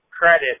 credit